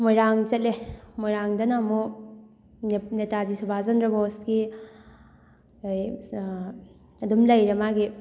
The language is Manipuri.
ꯃꯣꯏꯔꯥꯡ ꯆꯠꯂꯦ ꯃꯣꯏꯔꯥꯡꯗꯅ ꯑꯃꯨꯛ ꯅꯦꯇꯥꯖꯤ ꯁꯨꯚꯥꯁ ꯆꯟꯗ꯭ꯔ ꯕꯣꯁꯀꯤ ꯑꯗꯨꯝ ꯂꯩꯔꯦ ꯃꯥꯒꯤ